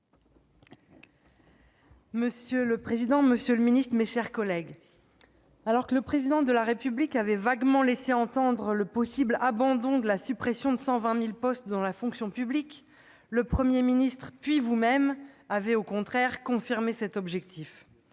Mme Céline Brulin. Monsieur le secrétaire d'État, alors que le Président de la République avait vaguement laissé supposer le possible abandon de la suppression de 120 000 postes dans la fonction publique, le Premier ministre puis vous-même avez au contraire confirmé cet objectif.